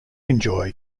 enjoy